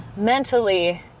Mentally